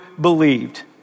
believed